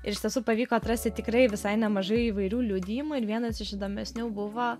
ir iš tiesų pavyko atrasti tikrai visai nemažai įvairių liudijimų ir vienas iš įdomesnių buvo